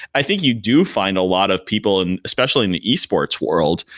i think you do find a lot of people, and especially in the e-sports world,